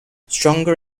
stronger